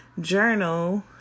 journal